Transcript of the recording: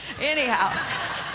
Anyhow